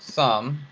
sum.